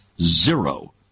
Zero